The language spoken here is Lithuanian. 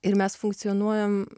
ir mes funkcionuojam